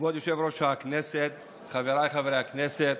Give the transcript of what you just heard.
כבוד יושב-ראש הכנסת, חבריי חברי הכנסת,